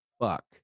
fuck